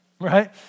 right